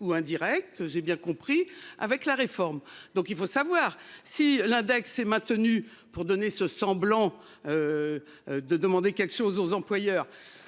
ou indirect. J'ai bien compris. Avec la réforme. Donc il faut savoir si l'index est maintenu pour donner se semblant. De demander quelque chose aux employeurs.